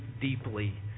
deeply